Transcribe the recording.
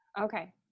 Okay